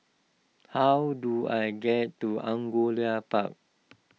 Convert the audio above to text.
how do I get to Angullia Park